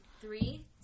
three